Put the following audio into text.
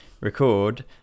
record